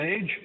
age